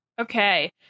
Okay